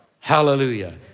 Hallelujah